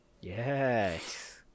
Yes